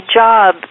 job